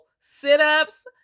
sit-ups